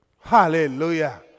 Hallelujah